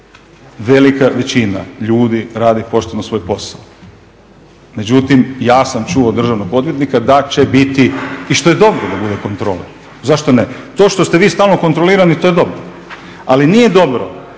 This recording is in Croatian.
velika većina ljudi radi pošteno svoj posao. Međutim, ja sam čuo od državnog odvjetnika da će biti i što je dobro da bude kontrole zašto ne. To što ste vi stalno kontrolirani to je dobro, ali nije dobro